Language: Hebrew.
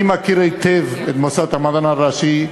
אני מכיר היטב את מוסד המדען הראשי.